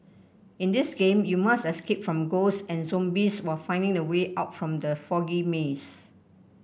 in this game you must escape from ghost and zombies while finding the way out from the foggy maze